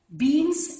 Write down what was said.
beans